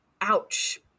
ouch